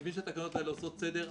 אני מבין שהתקנות האלה עושות סדר,